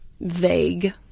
vague